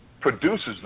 produces